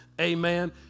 Amen